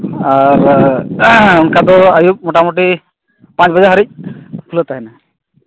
ᱟᱨ ᱚᱱᱠᱟ ᱫᱚ ᱟᱹᱭᱩᱵ ᱢᱳᱴᱟᱢᱩᱴᱤ ᱯᱟᱸᱪ ᱵᱟᱡᱟᱣ ᱦᱟᱹᱨᱤᱡ ᱠᱷᱩᱞᱟᱹᱣ ᱛᱟᱦᱮᱱᱟ